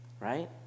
right